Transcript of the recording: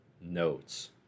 notes